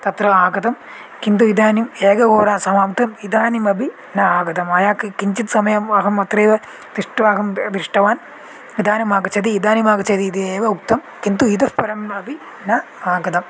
तत्र आगतं किन्तु इदानीम् एकहोरा समाप्तम् इदानीमपि न आगतं मया कि किञ्चित् समयम् अहम् अत्रेव तिष्ठ्वा अहं द् दृष्टवान् इदानीम् आगच्छति इदानीम् आगच्छति इति एव उक्तं किन्तु इतःपरम् अपि न आगतम्